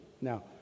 Now